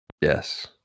Yes